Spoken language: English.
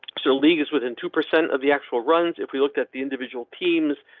so leagues within two percent of the actual runs. if we looked at the individual teams,